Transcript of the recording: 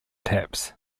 taps